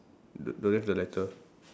d~ don't have the letter